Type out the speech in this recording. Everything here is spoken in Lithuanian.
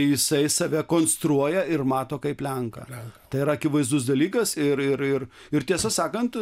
jisai save konstruoja ir mato kaip lenką tai yra akivaizdus dalykas ir ir ir ir tiesą sakant